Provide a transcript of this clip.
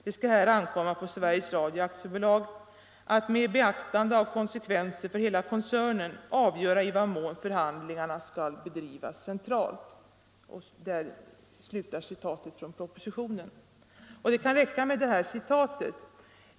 Det skall härvid ankomma på Sveriges Radio AB att med beaktande av konsekvenser för hela koncernen avgöra i vad mån förhandlingarna skall bedrivas centralt.” Det kan räcka med det här citatet.